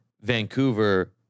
Vancouver